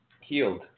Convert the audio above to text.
healed